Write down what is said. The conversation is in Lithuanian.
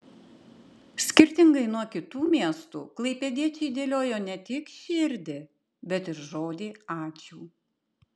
skirtingai nuo kitų miestų klaipėdiečiai dėliojo ne tik širdį bet ir žodį ačiū